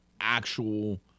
actual